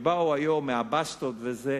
שבאו היום מהבסטות וזה,